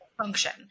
function